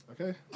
Okay